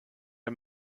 der